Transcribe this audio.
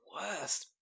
worst